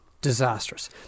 disastrous